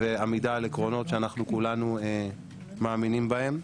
ועמידה על עקרונות שאנחנו כולנו מאמינים בהם.